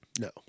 no